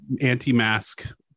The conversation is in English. anti-mask